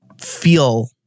feel